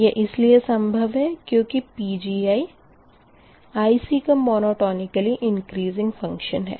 यह इसलिए संभव है क्यूँकि Pgi IC का मोनोटोनिकली इंकरिसिंग फ़ंकशन है